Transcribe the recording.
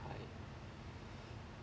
why